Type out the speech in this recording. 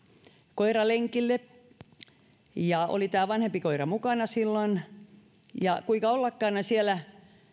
koiralenkille ja oli tämä vanhempi koira mukana silloin kuinka ollakaan siellä